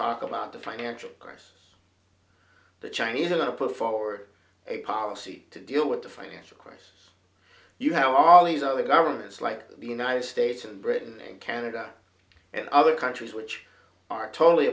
talking about the financial crisis the chinese are going to put forward a policy to deal with the financial crisis you have all these other governments like being nice states and britain and canada and other countries which are totally